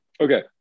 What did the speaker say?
Okay